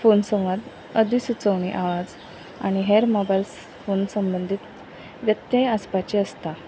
phone संबद अदी सुचोवणी आवाज आनी हेर मोबायल फोन संबंदीत व्यक्ते आसपाची आसता